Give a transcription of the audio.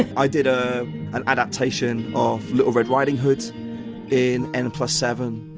i did ah an adaptation of little red riding hood in n plus seven,